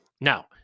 Now